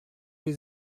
les